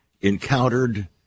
encountered